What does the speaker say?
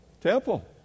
temple